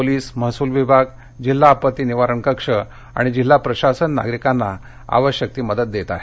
police महसुल विभाग जिल्हा आपत्ती निवारण कक्ष आणि जिल्हा प्रशासन नागरिकांना आवश्यक ती मदत देत आहेत